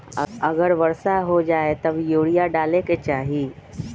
अगर वर्षा हो जाए तब यूरिया डाले के चाहि?